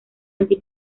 anti